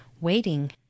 Waiting